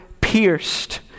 pierced